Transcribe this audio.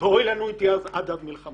ואוי לנו אם תהיה עד אז מלחמה.